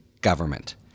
government